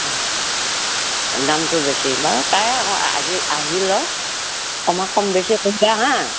দামটো বেছি বাৰু তাই আহি লওক অকণমান কম বেছি কৰিবা হাঁ